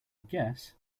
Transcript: guess